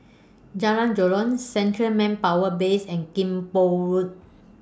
Jalan Joran Central Manpower Base and Kim Pong Road